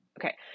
Okay